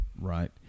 right